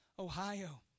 Ohio